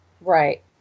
Right